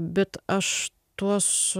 bet aš tuos